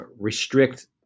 restrict